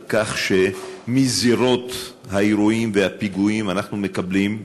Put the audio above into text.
על כך שמזירות האירועים והפיגועים אנחנו מקבלים,